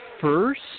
first